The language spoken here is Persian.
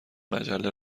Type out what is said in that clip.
مجله